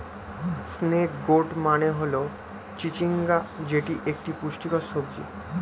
snake gourd মানে হল চিচিঙ্গা যেটি একটি পুষ্টিকর সবজি